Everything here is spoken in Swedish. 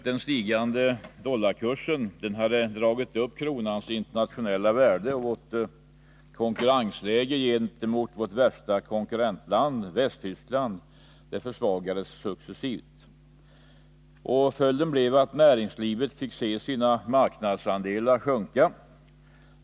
Den stigande dollarkursen hade dragit upp kronans internationella värde, och vårt konkurrensläge gentemot vårt främsta konkurrentland, Västtyskland, försvagades successivt. Följden blev att näringslivet fick se sina marknadsandelar sjunka.